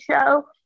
show